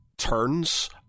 turns